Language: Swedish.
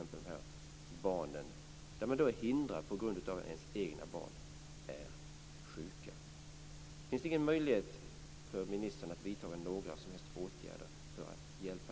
Man är förhindrad på grund av att ens egna barn är sjuka.